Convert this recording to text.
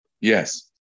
Yes